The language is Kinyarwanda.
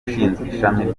ishami